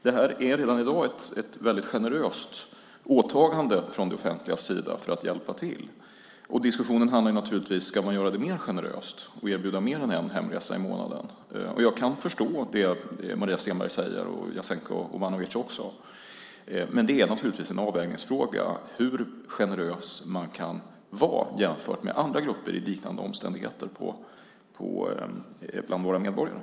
Detta är redan i dag ett väldigt generöst åtagande från det offentligas sida för att hjälpa till. Diskussionen gäller om man ska göra det mer generöst och erbjuda mer än en hemresa i månaden. Jag kan förstå det Maria Stenberg och också Jasenko Omanovic säger. Men det är naturligtvis en avvägningsfråga hur generös man kan vara jämfört vad som erbjuds andra grupper bland våra medborgare i liknande omständigheter.